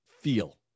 feel